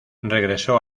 regresó